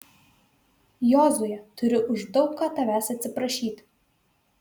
jozue turiu už daug ką tavęs atsiprašyti